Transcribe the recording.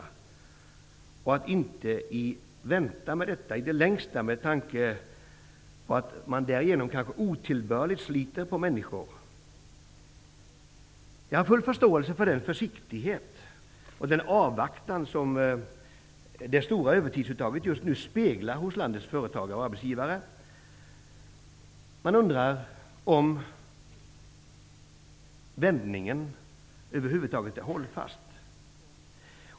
Man skall inte vänta i det längsta, eftersom man därigenom kanske sliter otillbörligt på människor. Jag har full förståelse för den försiktighet och avvaktan som det stora övertidsuttaget just nu speglar hos landets företagare och arbetsgivare. Man undrar om vändningen är hållfast.